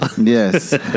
Yes